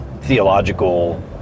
theological